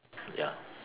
ya